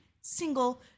single